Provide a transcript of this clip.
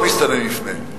לא מסתמן מפנה.